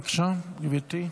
בבקשה, גברתי.